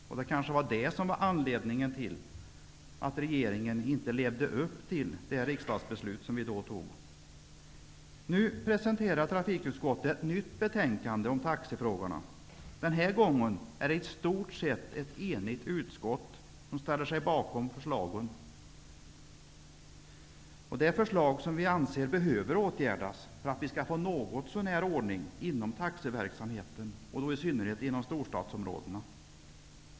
Det var kanske anledningen att regeringen inte levde upp till det då fattade riksdagsbeslutet. Nu presenterar trafikutskottet ett nytt betänkande rörande taxifrågorna. Den här gången är det i stort sett ett enigt utskott som ställer sig bakom de förslag på åtgärder som utskottet anser behövs för att få någon ordning inom taxiverksamheten -- i synnerhet i storstadsområdena.